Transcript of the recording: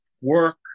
work